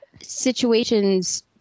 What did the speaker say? situations